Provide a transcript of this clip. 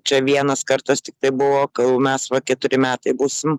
čia vienas kartas tiktai buvo gal mes va keturi metai būsim